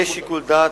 יש שיקול דעת,